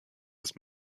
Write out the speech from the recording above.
ist